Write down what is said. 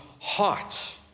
heart